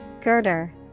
Girder